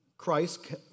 Christ